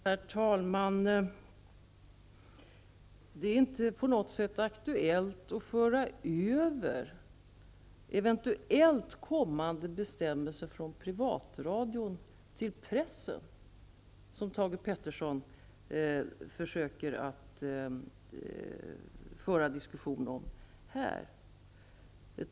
Herr talman! Det är inte på något sätt aktuellt att föra över eventuellt kommande bestämmelser från privatradion till pressen, som Thage G Peterson försöker föra diskussion om.